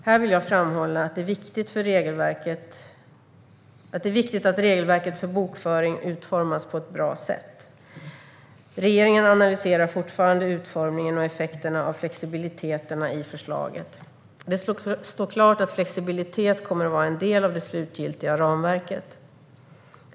Här vill jag framhålla att det är viktigt att regelverket för bokföring utformas på ett bra sätt. Regeringen analyserar fortfarande utformningen och effekterna av flexibiliteterna i förslagen. Det står klart att flexibilitet kommer att vara en del av det slutgiltiga ramverket.